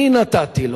אני נתתי לו.